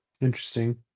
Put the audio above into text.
Interesting